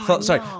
Sorry